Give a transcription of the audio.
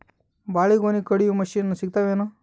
ಬಾಳಿಗೊನಿ ಕಡಿಯು ಮಷಿನ್ ಸಿಗತವೇನು?